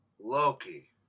Loki